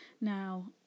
Now